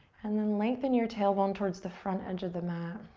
and then lengthen your tailbone towards the front edge of the mat.